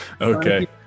Okay